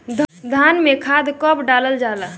धान में खाद कब डालल जाला?